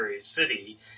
city